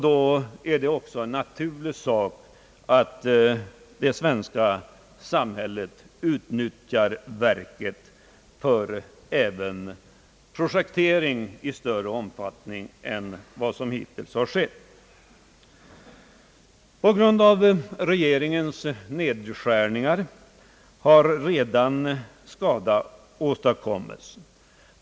Då är det också naturligt att det svenska samhället utnyttjar detta ämbetsverk även för projektering i större omfattning än som hittills har skett. På grund av regeringens nedskärningar av de begärda anslagen har redan skada åstadkommits.